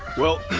well